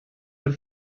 your